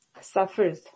suffers